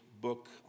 book